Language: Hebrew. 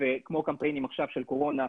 כמו הקמפיינים עכשיו של קורונה,